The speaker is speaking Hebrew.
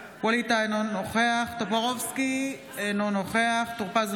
מישל בוסקילה, אינו נוכח דבי